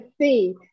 see